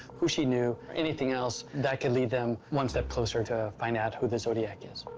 who she knew, anything else that could lead them one step closer to finding out who the zodiac is.